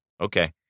okay